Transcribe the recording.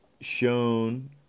shown